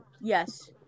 Yes